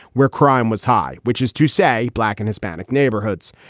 where crime was high, which is to say black and hispanic neighborhoods.